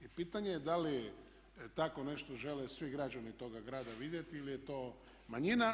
I pitanje je da li tako nešto žele svi građani toga grada vidjeti ili je to manjina.